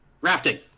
Rafting